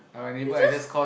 you just